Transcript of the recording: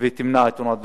ותמנע תאונות דרכים.